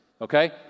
Okay